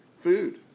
food